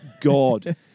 God